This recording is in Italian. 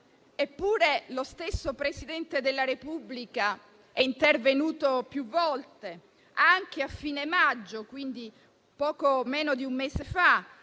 Eppure lo stesso Presidente della Repubblica è intervenuto più volte, anche a fine maggio (poco meno di un mese fa).